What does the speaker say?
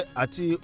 ati